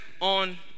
on